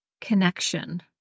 connection